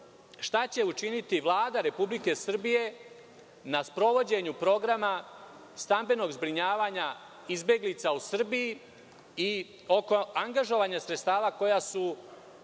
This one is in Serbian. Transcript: šta će učiniti Vlada Republike Srbije na sprovođenju Programa stambenog zbrinjavanja izbeglica u Srbiji i oko angažovanja sredstava koja su